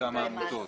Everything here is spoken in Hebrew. רשם העמותות.